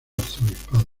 arzobispado